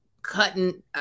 Cutting